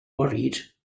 worried